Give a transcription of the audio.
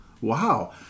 Wow